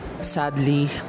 sadly